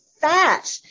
fat